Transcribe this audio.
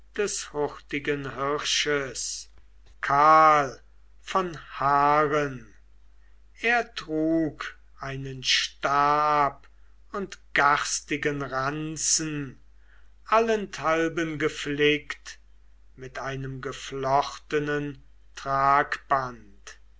des hurtigen hirsches kahl von haaren er trug einen stab und garstigen ranzen allenthalben geflickt mit einem geflochtenen